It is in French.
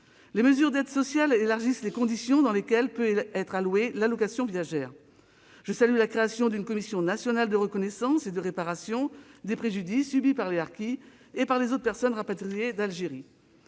Les mesures d'aides sociales élargissent les conditions dans lesquelles peut être versée l'allocation viagère. Je salue la création d'une commission nationale de reconnaissance et de réparation des préjudices subis par les harkis et par les autres personnes rapatriées d'Algérie.